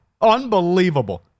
Unbelievable